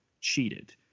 cheated